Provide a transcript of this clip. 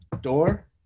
door